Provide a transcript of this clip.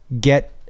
get